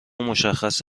مشخص